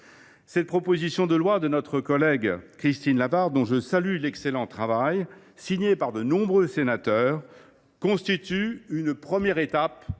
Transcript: Cette proposition de loi de notre collègue Christine Lavarde – dont je salue l’excellent travail –, cosignée par de nombreux sénateurs, constitue une première étape